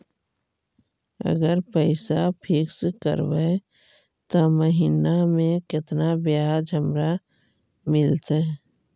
अगर पैसा फिक्स करबै त महिना मे केतना ब्याज हमरा मिलतै?